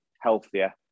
healthier